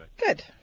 good